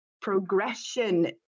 progression